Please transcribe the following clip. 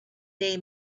day